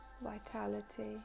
vitality